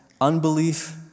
unbelief